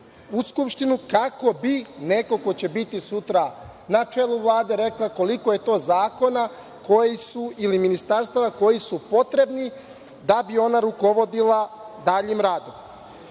u Skupštinu, kako bi neko ko će biti sutra na čelu Vlade rekla koliko je to zakona ili ministarstava koji su potrebni da bi ona rukovodila daljim radom. Kada